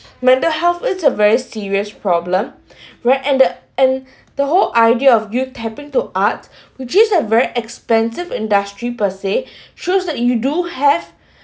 mental health is a very serious problem where and the and the whole idea of youth tapping to art which is a very expensive industry per se shows that you do have